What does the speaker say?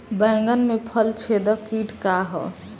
बैंगन में फल छेदक किट का ह?